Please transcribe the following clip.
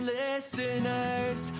listeners